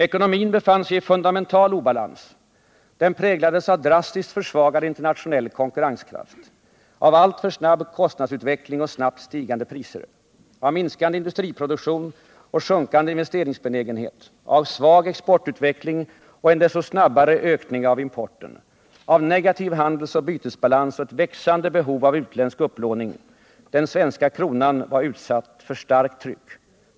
Ekonomin befann sig i fundamental obalans. Den präglades av drastiskt försvagad internationell konkurrenskraft, av alltför snabb kostnadsutveckling och snabbt stigande priser, av minskande industriproduktion och sjunkande investeringsbenägenhet, av svag exportutveckling och en desto snabbare ökning av importen, av negativ handelsoch bytesbalans och ett växande behov av utländsk upplåning. Den svenska kronan var utsatt för starkt tryck.